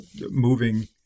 moving